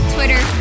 Twitter